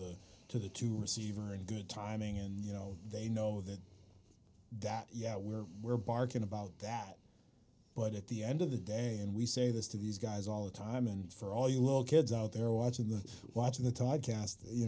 the to the to receiver and good timing and you know they know that that yeah we're we're barking about that but at the end of the day and we say this to these guys all the time and for all you little kids out there watching the watch of the